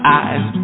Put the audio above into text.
eyes